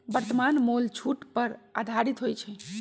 वर्तमान मोल छूट पर आधारित होइ छइ